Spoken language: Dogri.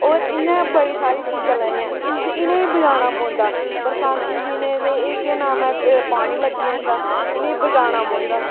होर इ'यां बड़ी सारी चीजां लगदियां इ'नें गी बचाना पौंदा बरसांती दिनें एह् केह् नां ऐ पानी लग्गी जंदा इ'नें गी बचाना पौंदा